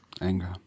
anger